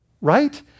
Right